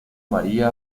maría